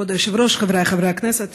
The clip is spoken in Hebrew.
כבוד היושב-ראש, חבריי חברי הכנסת,